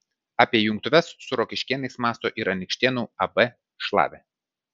apie jungtuves su rokiškėnais mąsto ir anykštėnų ab šlavė